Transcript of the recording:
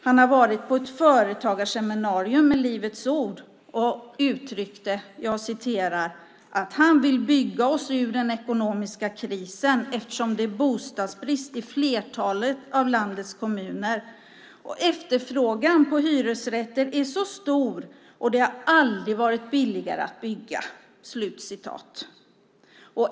Han har varit på ett företagarseminarium med Livets ord och uttryckt att han vill bygga oss ur den ekonomiska krisen eftersom det är bostadsbrist i flertalet av landets kommuner och att efterfrågan på hyresrätter är stor och att det aldrig har varit billigare att bygga.